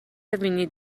وینی